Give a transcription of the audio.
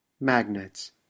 Magnets